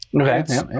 Okay